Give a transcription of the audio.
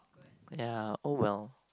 ya oh well